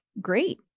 Great